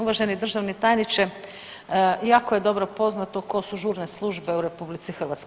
Uvažen državni tajniče, jako je dobro poznato tko su žurne službe u RH.